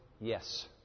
yes